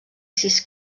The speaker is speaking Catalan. sis